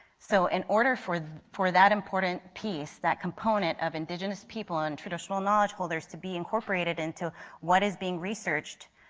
so in order for for that important piece, that component of indigenous people on traditional knowledge holders to be incorporated into what is being researched,